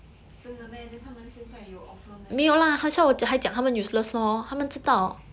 真的 meh then 他们现在有 offer meh